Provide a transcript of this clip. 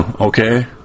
Okay